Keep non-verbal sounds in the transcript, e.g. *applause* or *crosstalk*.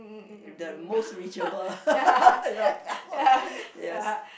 the most reachable *laughs* right now yes